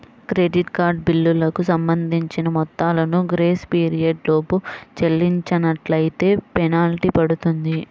credit card బిల్లులకు సంబంధించిన మొత్తాలను గ్రేస్ పీరియడ్ లోపు చెల్లించనట్లైతే ఫెనాల్టీ పడుతుంది